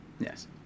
Yes